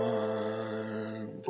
one